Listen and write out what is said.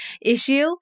issue